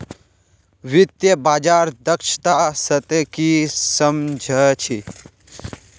वित्तीय बाजार दक्षता स ती की सम झ छि